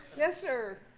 yes, sir?